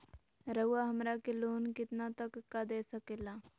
रउरा हमरा के लोन कितना तक का दे सकेला?